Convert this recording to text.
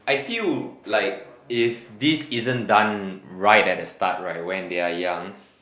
I feel like if this isn't done right at the start right when they are young